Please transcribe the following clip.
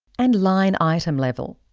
and line item level,